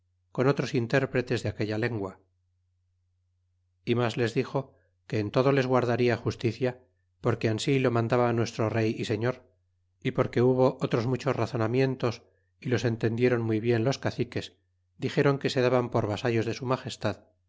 con otros intérpretes de aquella lengua y mas les dixo que en todo les guardarla justicia porque ansi lo mandaba nuestro rey y señor y porque hubo otros muchos raz onamientos y los entendieron muy bien los caciques dixéron que se daban por vasallos iv de su magestad